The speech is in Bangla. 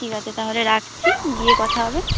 ঠিক আছে তাহলে রাখছি গিয়ে কথা হবে